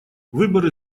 выборы